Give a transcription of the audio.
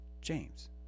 James